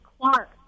Clark